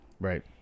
Right